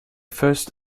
first